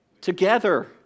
Together